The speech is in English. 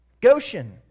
Goshen